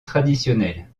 traditionnel